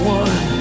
one